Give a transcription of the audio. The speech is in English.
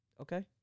Okay